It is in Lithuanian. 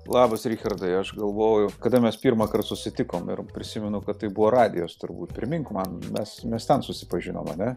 labas richardai aš galvoju kada mes pirmąkart susitikom ir prisimeniau kad tai buvo radijas turbūt primink man nes mes ten susipažinome ar ne